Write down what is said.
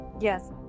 Yes